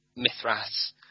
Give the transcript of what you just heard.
Mithras